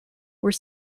were